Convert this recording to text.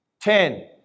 Ten